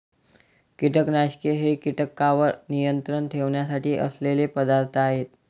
कीटकनाशके हे कीटकांवर नियंत्रण ठेवण्यासाठी असलेले पदार्थ आहेत